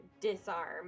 disarm